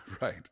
Right